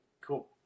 Cool